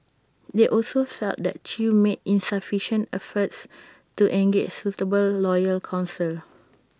they also felt that chew made insufficient efforts to engage suitable local counsel